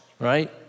Right